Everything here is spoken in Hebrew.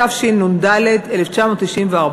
התשנ"ד 1994,